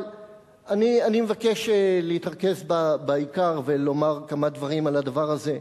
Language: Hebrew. אבל אני מבקש להתרכז בעיקר ולומר כמה דברים על העניין הזה.